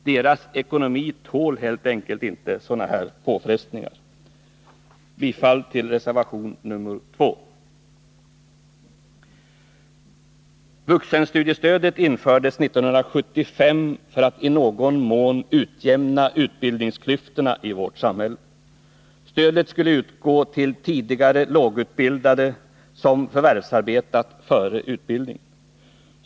Deras ekonomi tål helt enkelt inte sådana här påfrestningar. Jag yrkar bifall till reservation 2. Vuxenstudiestödet infördes 1975 för att i någon mån utjämna utbildningsklyftorna i vårt samhälle. Stödet skulle utgå till tidigare lågutbildade, som förvärvsarbetat före utbildningen.